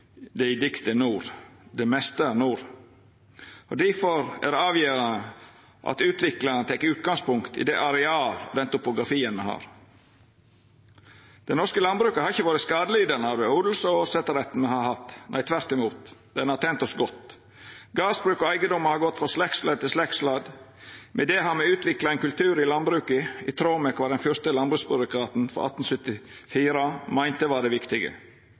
diktet Nord: «Det meste er nord». Difor er det avgjerande at utviklinga tek utgangspunkt i det arealet og den topografien me har. Det norske landbruket har ikkje vore skadelidande av den odelsretten og åsetesretten me har hatt til no. Tvert imot – den har tent oss godt. Gardsbruk og eigedomar har gått frå slektsledd til slektsledd, og med det har me utvikla ein kultur i landbruket i tråd med kva den fyrste landbruksbyråkraten frå 1874 meinte var det viktige: